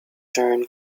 turn